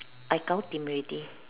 I already